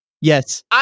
Yes